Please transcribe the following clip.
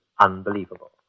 unbelievable